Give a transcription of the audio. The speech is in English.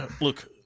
Look